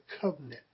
covenant